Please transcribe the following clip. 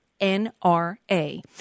NRA